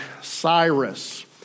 Cyrus